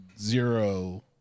zero